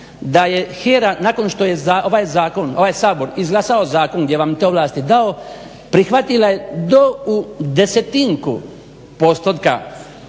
što je ovaj zakon, ovaj Sabor izglasao zakon gdje vam je te ovlasti dao, prihvatila je do u desetinku postotka